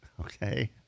Okay